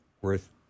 worth